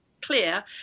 clear